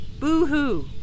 Boo-hoo